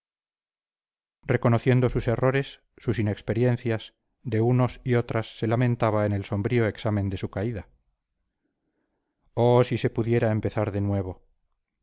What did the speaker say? reconociendo sus errores sus inexperiencias de unos y otras se lamentaba en el sombrío examen de su caída oh si se pudiera empezar de nuevo